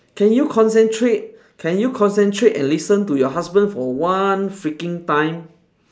can you concentrate can you concentrate and listen to your husband for one freaking time